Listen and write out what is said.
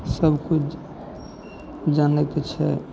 सबकिछु जानैके छै